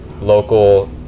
local